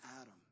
Adam